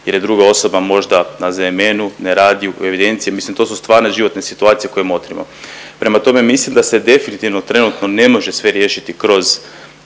jer je druga osoba možda na ZMN-u, ne radi u evidenciji, mislim to su stvarne životne situacije koje motrimo. Prema tome, mislim da se definitivno trenutno ne može sve riješiti kroz